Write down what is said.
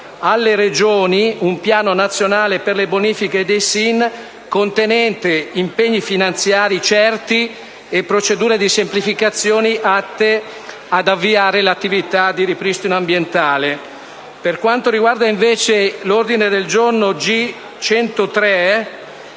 alle Regioni, un piano nazionale per le bonifiche dei SIN contenente impegni finanziari certi e procedure di semplificazione atte ad avviare l'attività di ripristino ambientale. Per quanto riguarda invece l'ordine del giorno G103,